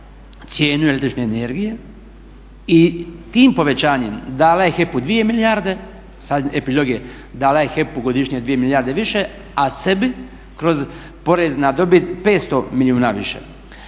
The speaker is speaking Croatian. cijenu električne energije i tim povećanjem dala je HEP-u 2 milijarde, sad epilog je dala je HEP-u godišnje 2 milijarde više a sebi kroz porez na dobit 500 milijuna više.